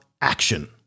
action